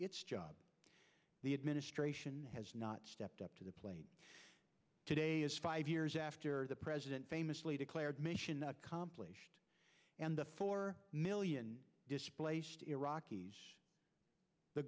its job the administration has not stepped up to the plate today is five years after the president famously declared mission accomplished and the four million displaced iraqis the